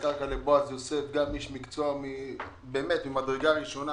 הקרקע לבועז יוסף שהוא איש מקצוע ממדרגה ראשונה.